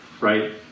right